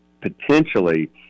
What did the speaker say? potentially